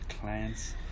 clients